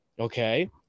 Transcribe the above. okay